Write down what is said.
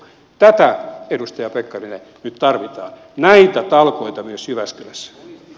tätä edustaja pekkarinen nyt tarvitaan näitä talkoita myös jyväskylässä